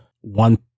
one